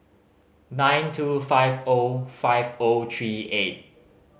nine two five O five O three eight